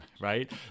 right